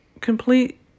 complete